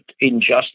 injustice